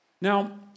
Now